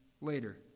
later